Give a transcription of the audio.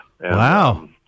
Wow